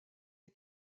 est